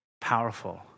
powerful